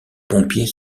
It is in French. pompiers